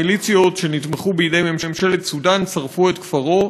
מיליציות שנתמכו בידי ממשלת סודאן שרפו את כפרו,